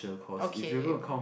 okay